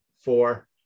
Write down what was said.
four